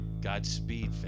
Godspeed